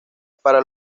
para